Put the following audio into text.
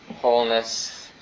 wholeness